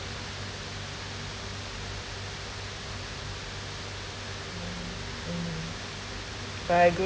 mm mm very good